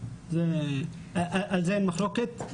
על זה אין מחלוקת,